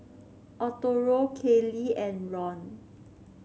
Arturo Kaley and Ron